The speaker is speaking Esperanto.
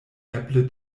eble